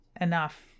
enough